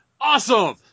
Awesome